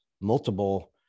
multiple